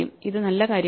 ഇത് നല്ല കാര്യമാണ്